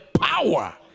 power